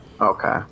Okay